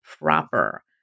proper